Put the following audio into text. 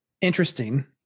interesting